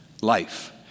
Life